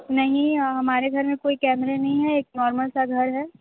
नहीं हमारे घर में कोई कैमरे नहीं हैं एक नॉर्मल सा घर हैं